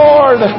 Lord